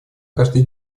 каждый